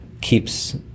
keeps